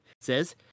says